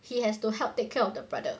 he has to help take care of the brother